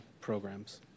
programs